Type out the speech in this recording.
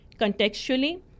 contextually